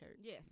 Yes